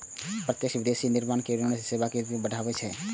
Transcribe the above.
प्रत्यक्ष विदेशी निवेश विनिर्माण आ सेवा क्षेत्र कें बढ़ावा दै छै